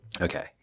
Okay